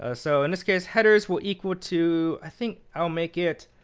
ah so in this case, headers will equal to, i think i'll make it,